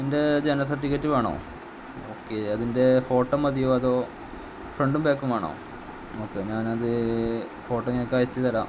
എൻ്റെ ജനന സർട്ടിഫിക്കറ്റ് വേണോ ഓക്കെ അതിൻ്റെ ഫോട്ടോ മതിയോ അതോ ഫ്രെണ്ടും ബാക്കും വേണോ ഓക്കെ ഞാനത് ഫോട്ടോ നിങ്ങക്ക് അയച്ചു തരാം